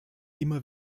immer